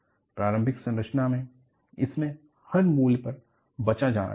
प्रायोगिक संरचना में इससे हर मूल्य पर बचा जाना चाहिए